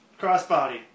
crossbody